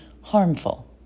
harmful